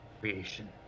creation